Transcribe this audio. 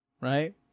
right